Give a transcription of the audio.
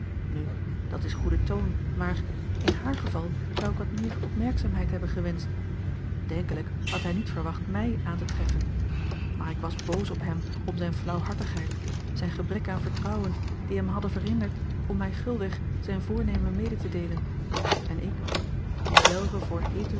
nu dat is goede toon maar in haar geval zou ik wat meer opmerkzaamheid hebben gewenscht denkelijk had hij niet verwacht mij aan te treffen maar ik was boos op hem om zijne flauwhartigheid zijn gebrek aan vertrouwen die hem hadden verhinderd om mij gulweg zijn voornemen mede te deelen en ik die zelve voor heeter